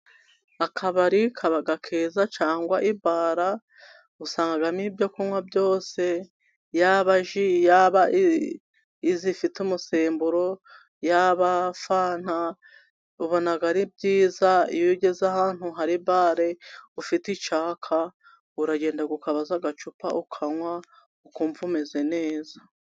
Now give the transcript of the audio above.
Akabari kaba keza cyangwa ibara ,usangamo ibyo kunywa byose :yaba ji , yaba izifite umusemburo ,yaba fanta, wabona ari byiza iyo ugeze ahantu hari bale ufite icyaka uragenda ukabaza agacupa ukanywa, ukumva umeze neza.